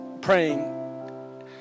praying